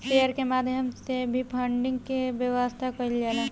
share के माध्यम से भी फंडिंग के व्यवस्था कईल जाला